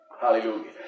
Hallelujah